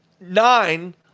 nine